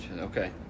Okay